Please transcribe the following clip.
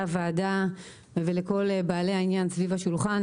הוועדה ולכל בעלי העניין סביב השולחן.